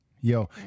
Yo